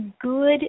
good